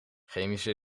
chemische